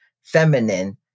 feminine